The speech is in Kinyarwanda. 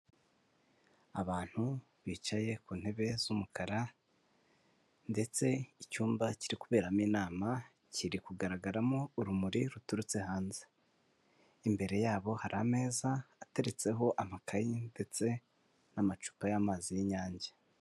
Abantu bicaye ku ntebe z'umukara ndetse icyumba kiri kuberamo inama kiri kugaragaramo urumuri ruturutse hanze, imbere yabo hari ameza ateretseho amakaye ndetse n'amacupa y'amazi y'inyange.